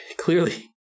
Clearly